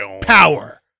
Power